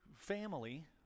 family